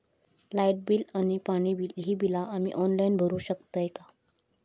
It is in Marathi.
लाईट बिल, पाणी बिल, ही बिला आम्ही ऑनलाइन भरू शकतय का?